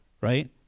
right